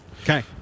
Okay